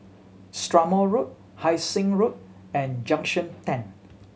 Strathmore Road Hai Sing Road and Junction Ten